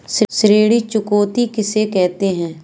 ऋण चुकौती किसे कहते हैं?